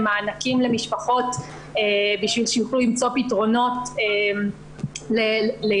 מענקים כדי שיוכלו למצוא פתרונות לילדים,